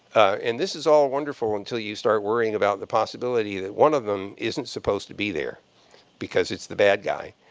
and this is all wonderful until you start worrying about the possibility that one of them isn't supposed to be there because it's the bad guy.